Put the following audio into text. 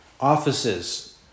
offices